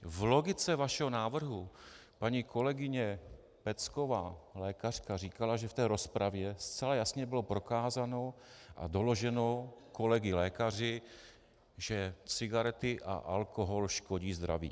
V logice vašeho návrhu paní kolegyně Pecková, lékařka, říkala, že v rozpravě zcela jasně bylo prokázáno a doloženo kolegy lékaři, že cigarety a alkohol škodí zdraví.